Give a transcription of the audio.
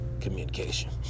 communication